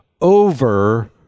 over